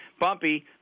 bumpy